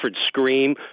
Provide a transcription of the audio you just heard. Scream